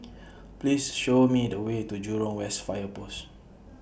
Please Show Me The Way to Jurong West Fire Post